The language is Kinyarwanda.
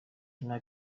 linah